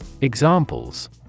Examples